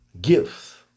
Gifts